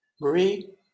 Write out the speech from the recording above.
Marie